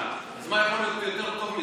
אז מה יכול להיות יותר טוב מזה?